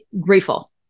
grateful